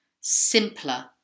simpler